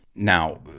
now